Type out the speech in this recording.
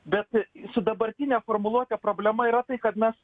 bet su dabartine formuluote problema yra tai kad mes